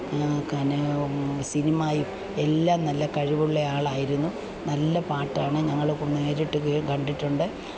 കന സിനിമായും എല്ലാം നല്ല കഴിവുള്ളയാളായിരുന്നു നല്ല പാട്ടാണ് ഞങ്ങള് നേരിട്ട് കേ കണ്ടിട്ടുണ്ട്